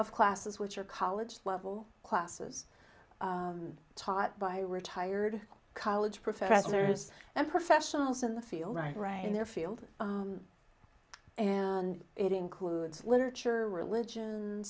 of classes which are college level classes taught by retired college professors and professionals in the field right in their field and it includes literature religion